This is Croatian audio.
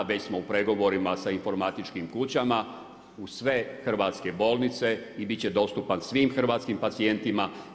Već smo u pregovorima sa informatičkim kućama, u sve hrvatske bolnice i biti će dostupan svim hrvatskim pacijentima.